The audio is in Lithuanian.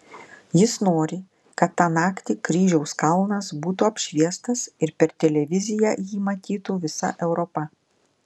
jis nori kad tą naktį kryžiaus kalnas būtų apšviestas ir per televiziją jį matytų visa europa